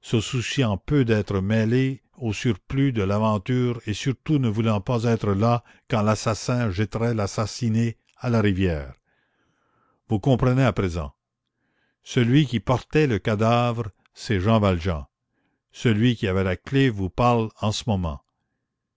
se souciant peu d'être mêlé au surplus de l'aventure et surtout ne voulant pas être là quand l'assassin jetterait l'assassiné à la rivière vous comprenez à présent celui qui portait le cadavre c'est jean valjean celui qui avait la clef vous parle en ce moment